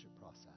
process